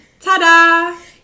Ta-da